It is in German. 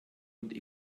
und